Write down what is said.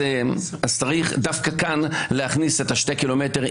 צריך דווקא כאן להכניס את השני קילומטר,